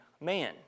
man